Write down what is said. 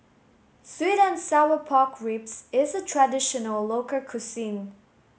sweet and sour pork ribs is a traditional local cuisine